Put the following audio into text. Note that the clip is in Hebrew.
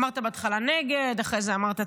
אמרת בהתחלה נגדף אחרי זה אמרת,